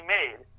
made